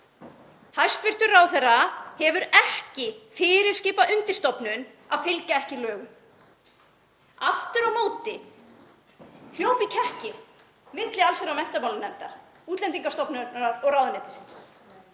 Hæstv. ráðherra hefur ekki fyrirskipað undirstofnun að fylgja ekki lögum. Aftur á móti hljóp í kekki milli allsherjar- og menntamálanefndar, Útlendingastofnunar og ráðuneytisins